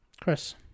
Chris